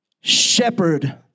Shepherd